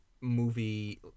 movie